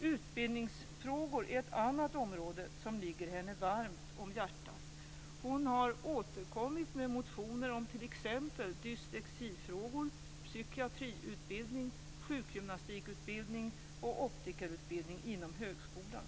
Utbildningsfrågor är ett annat område som ligger henne varmt om hjärtat. Hon har där återkommit med motioner om t.ex. dyslexifrågor, psykiatriutbildning, sjukgymnastutbildning och optikerutbildning inom högskolan.